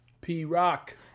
P-Rock